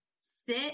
sit